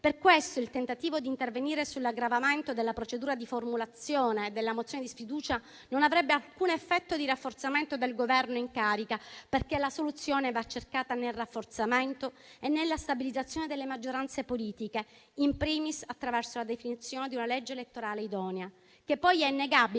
Per questo il tentativo di intervenire sull'aggravamento della procedura di formulazione della mozione di sfiducia non avrebbe alcun effetto di rafforzamento dal Governo in carica, perché la soluzione va cercata nel rafforzamento e nella stabilizzazione delle maggioranze politiche, *in primis* attraverso la definizione di una legge elettorale idonea. È poi innegabile